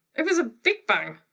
it was a big bang.